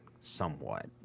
somewhat